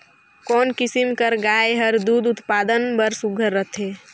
कोन किसम कर गाय हर दूध उत्पादन बर सुघ्घर रथे?